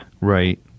Right